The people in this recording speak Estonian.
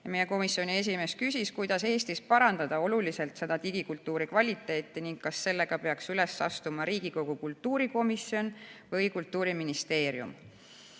Meie komisjoni esimees küsis, kuidas Eestis parandada oluliselt seda digikultuuri kvaliteeti ning kas sellega peaks üles astuma Riigikogu kultuurikomisjon või Kultuuriministeerium.